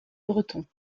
bretons